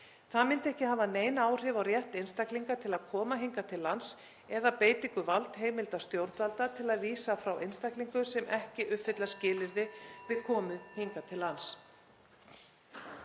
Það myndi ekki hafa nein áhrif á rétt einstaklinga til að koma hingað til lands eða beitingu valdheimilda stjórnvalda til að vísa frá einstaklingum sem ekki uppfylla skilyrði við komu hingað til lands.